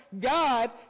God